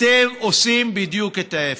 אתם עושים בדיוק את ההפך.